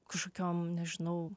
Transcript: kažkokiom nežinau